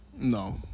No